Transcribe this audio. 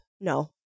no